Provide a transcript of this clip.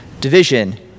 division